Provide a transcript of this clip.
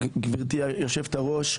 גבירתי היושבת-ראש,